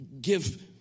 give